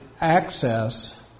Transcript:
access